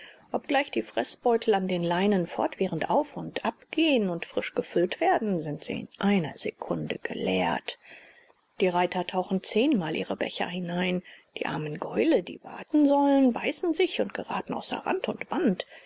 obgleich die freßbeutel an den leinen fortwährend auf und abgehen und frisch gefüllt werden sind sie in einer sekunde geleert die reiter tauchen zehnmal ihre becher hinein die armen gäule die warten sollen beißen sich und geraten außer rand und band